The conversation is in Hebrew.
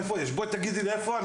בואי תגידי לי איפה יש חונך?